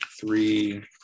three